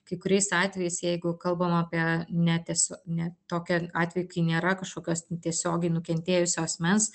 kai kuriais atvejais jeigu kalbam apie neties ne tokį atvejį kai nėra kažkokios tiesiogiai nukentėjusio asmens